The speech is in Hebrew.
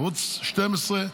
ערוץ 12,